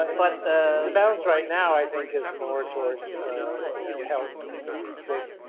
but the the balance right now i think is more towards health than you think,